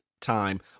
time